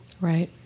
Right